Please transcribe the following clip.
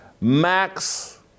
Max